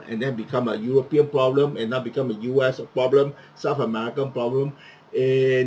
and then become a european problem and now become a U_S problem south american problem and